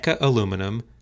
aluminum